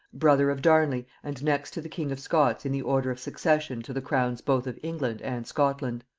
brother of darnley and next to the king of scots in the order of succession to the crowns both of england and scotland.